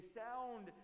sound